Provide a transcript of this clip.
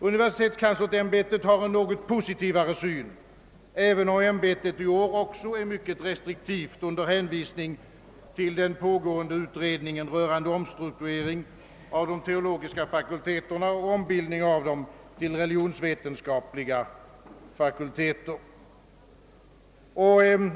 Universitetskanslersämbetet har en något positivare syn, även om ämbetet också i år är mycket restriktivt under hänvisning till den pågående utredningen rörande omstrukturering av de teologiska fakulteterna och ombildning av dessa till religionsvetenskapliga fakulteter.